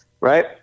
Right